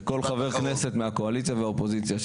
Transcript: שכל חבר כנסת מהקואליציה ומהאופוזיציה,